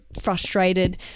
frustrated